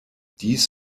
dies